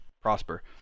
prosper